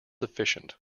sufficient